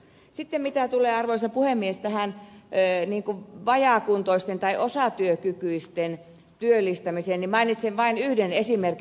sitten mitä tulee arvoisa puhemies vajaakuntoisten tai osatyökykyisten työllistämiseen niin mainitsen vain yhden esimerkin